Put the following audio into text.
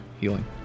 healing